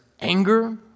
anger